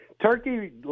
turkey